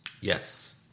Yes